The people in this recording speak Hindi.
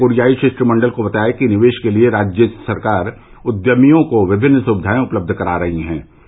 उन्होंने कोरियाई षिश्टमंडल को बताया कि निवेष के लिये राज्य सरकार उद्यमियों को विभिन्न सुविधाएं उपलब्ध करा रही है